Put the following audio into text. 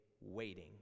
waiting